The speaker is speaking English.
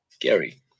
Gary